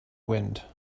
wind